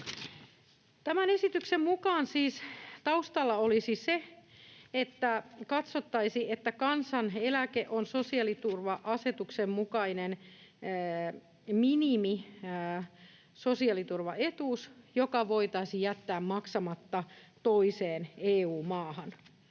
Tämän esityksen mukaan siis taustalla olisi se, että katsottaisiin, että kansaneläke on sosiaaliturva-asetuksen mukainen minimisosiaaliturvaetuus, joka voitaisiin jättää maksamatta toiseen EU-maahan.